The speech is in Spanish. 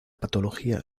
patología